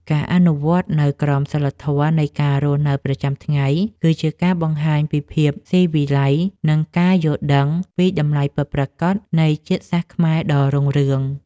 ការអនុវត្តនូវក្រមសីលធម៌នៃការរស់នៅប្រចាំថ្ងៃគឺជាការបង្ហាញពីភាពស៊ីវិល័យនិងការយល់ដឹងពីតម្លៃពិតប្រាកដនៃជាតិសាសន៍ខ្មែរដ៏រុងរឿង។